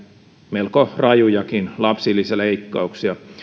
melko rajujakin lapsilisäleikkauksia